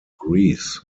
greece